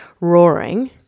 roaring